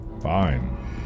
Fine